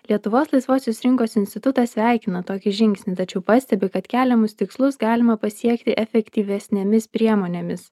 lietuvos laisvosios rinkos institutas sveikina tokį žingsnį tačiau pastebi kad keliamus tikslus galima pasiekti efektyvesnėmis priemonėmis